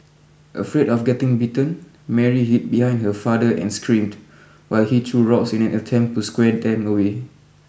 afraid of getting bitten Mary hid behind her father and screamed while he threw rocks in an attempt to scare them away